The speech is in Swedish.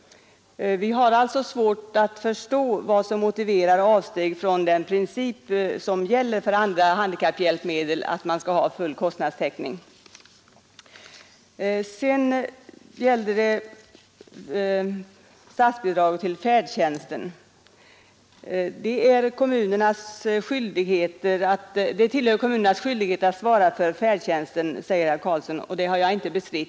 Vi har alltså svårt att förstå vad som motiverar ett avsteg från den princip som gäller andra handikapphjälpmedel, nämligen att man skall få full kostnadstäckning. Sedan gällde det statsbidrag till färdtjänsten. Det tillhör kommunernas skyldigheter att svara för färdtjänsten, säger herr Karlsson. Det har jag inte bestritt.